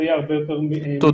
זה יהיה הרבה יותר מידתי.